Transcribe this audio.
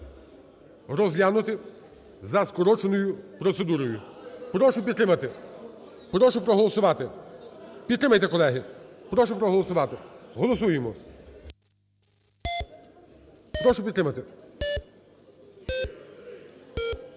розглянути за скороченою процедурою. Прошу підтримати. Прошу проголосувати. Підтримайте, колеги, прошу проголосувати. Голосуємо. Прошу підтримати.